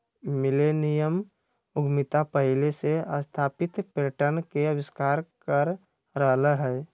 millennium उद्यमिता पहिले से स्थापित पैटर्न के अस्वीकार कर रहल हइ